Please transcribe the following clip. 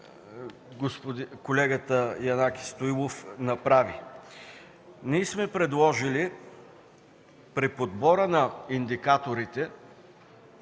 колегата Янаки Стоилов направи. Ние сме предложили при подбора на индикаторите